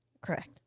Correct